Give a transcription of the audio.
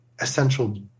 essential